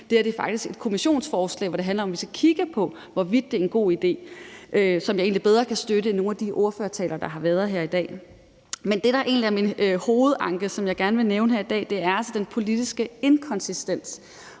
et forslag om en kommission, hvor det handler om, at vi skal kigge på, hvorvidt det er en god idé, hvilket jeg egentlig bedre kan støtte end nogen af de ordførertaler, der har været her i dag. Det, der egentlig er min hovedanke, som jeg gerne vil nævne her i dag, er altså den politiske inkonsistens.